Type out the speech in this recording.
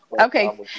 Okay